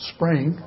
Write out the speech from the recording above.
Spring